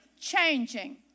changing